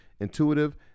intuitive